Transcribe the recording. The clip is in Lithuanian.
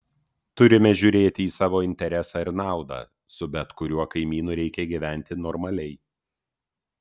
turime žiūrėti į savo interesą ir naudą su bet kuriuo kaimynu reikia gyventi normaliai